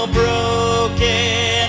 broken